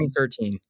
2013